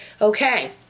Okay